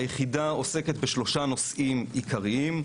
היחידה עוסקת בשלושה נושאים עיקריים: